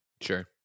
sure